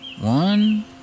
One